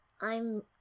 I'm